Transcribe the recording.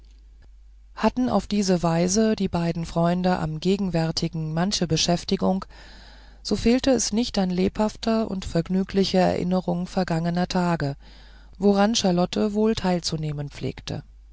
hatten auf diese weise die beiden freunde am gegenwärtigen manche beschäftigung so fehlte es nicht an lebhafter und vergnüglicher erinnerung vergangener tage woran charlotte wohl teilzunehmen pflegte